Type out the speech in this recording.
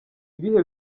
ibihe